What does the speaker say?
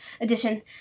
edition